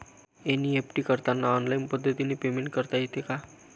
NEFT करताना online पद्धतीने payment करता येते का?